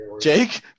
Jake